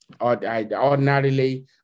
Ordinarily